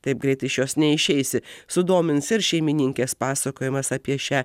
taip greit iš jos neišeisi sudomins ir šeimininkės pasakojimas apie šią